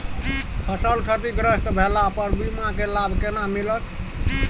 फसल क्षतिग्रस्त भेला पर बीमा के लाभ केना मिलत?